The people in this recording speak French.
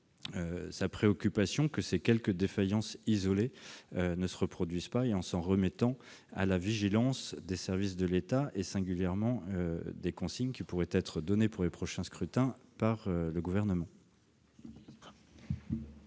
en souhaitant que ces quelques défaillances isolées ne se reproduisent pas et en s'en remettant à la vigilance des services de l'État et, singulièrement, aux consignes qui pourraient être données pour les prochains scrutins par le Gouvernement.